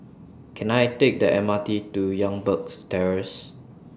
Can I Take The M R T to Youngberg Terrace